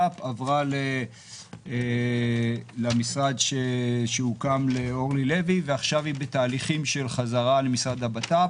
ועברה למשרד שהוקם לאורלי לוי ועכשיו היא בתהליכים של חזרה למשרד הבט"פ.